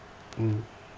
mm